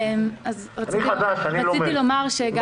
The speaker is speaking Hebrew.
אני חדש, אני לומד, אני